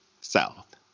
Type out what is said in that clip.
South